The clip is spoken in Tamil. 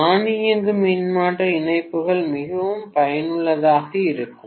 தானியங்கு மின்மாற்றி இணைப்புகள் மிகவும் பயனுள்ளதாக இருக்கும்